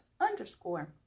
underscore